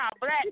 black